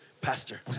Pastor